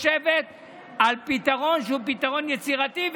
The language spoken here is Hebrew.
לשבת על פתרון שהוא פתרון יצירתי,